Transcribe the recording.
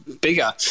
Bigger